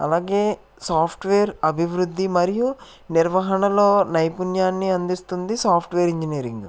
అలాగే సాఫ్ట్వేర్ అభివృద్ధి మరియు నిర్వహణలో నైపుణ్యాన్ని అందిస్తుంది సాఫ్ట్వేర్ ఇంజనీరింగ్